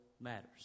matters